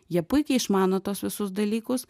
jie puikiai išmano tuos visus dalykus